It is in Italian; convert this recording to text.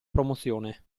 promozione